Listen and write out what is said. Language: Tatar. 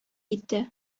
китте